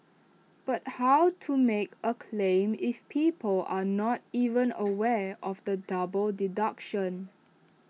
but how to make A claim if people are not even aware of the double deduction